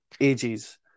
ages